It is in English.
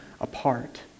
apart